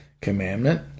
commandment